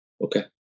Okay